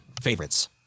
Favorites